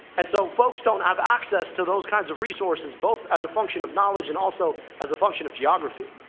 and so folks don't have access to those kinds of resources, both as a function of knowledge, and also, as a function of geography.